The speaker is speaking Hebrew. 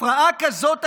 הפרעה כזאת הייתה,